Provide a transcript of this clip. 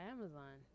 Amazon